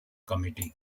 committee